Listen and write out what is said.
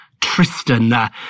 Tristan